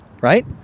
Right